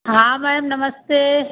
हाँ मैम नमस्ते